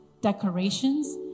decorations